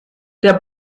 der